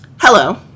Hello